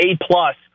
A-plus